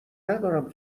ندارم